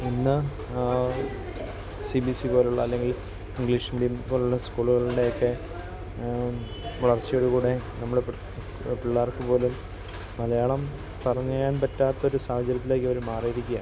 ഇന്ന് C B S E പോലുള്ള അല്ലെങ്കിൽ ഇംഗ്ലീഷ് മീഡിയം പോലുള്ള സ്കൂൾടെയൊക്കെ വളർച്ചയോട് കൂടെ നമ്മളിപ്പം പിള്ളേർക്ക് പോലും മലയാളം പറയാൻ പറ്റാത്തൊരു സാഹചര്യത്തിലേക്കവർ മാറിയിരിക്കയാണ്